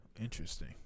interesting